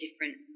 different